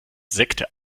sekte